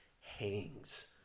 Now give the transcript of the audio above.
hangs